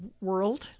world